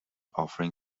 offering